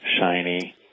shiny